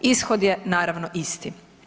Ishod je naravno isti.